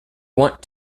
want